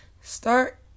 start